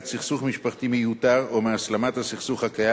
סכסוך משפחתי מיותר או מהסלמת סכסוך קיים,